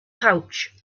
pouch